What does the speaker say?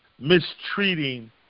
mistreating